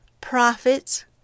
Prophets